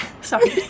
Sorry